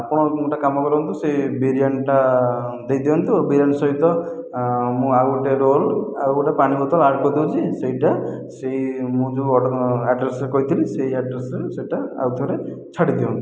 ଆପଣ ଗୋଟିଏ କାମ କରନ୍ତୁ ସେ ବିରିୟାନିଟା ଦେଇ ଦିଅନ୍ତୁ ବିରିୟାନି ସହିତ ମୁଁ ଆଉ ଗୋଟିଏ ରୋଲ ଆଉ ଗୋଟିଏ ପାଣି ବୋତଲ ଆଡ଼୍ କରି ଦେଉଛି ସେହିଟା ସେହି ମୁଁ ଯେଉଁ ଅର୍ଡ଼ର ଆଡ଼୍ରେସ କହିଥିଲି ସେହି ଆଡ଼୍ରେସରେ ସେହିଟା ଆଉ ଥରେ ଛାଡ଼ି ଦିଅନ୍ତୁ